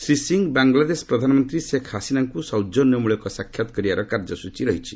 ଶ୍ରୀ ସିଂ ବାଂଗଲାଦେଶ ପ୍ରଧାନମନ୍ତ୍ରୀ ଶେଖ୍ ହାସିନାଙ୍କୁ ସୌଜନ୍ୟମୂଳକ ସାକ୍ଷାତ କରିବାର କାର୍ଯ୍ୟସ୍କଚୀ ରହିଛି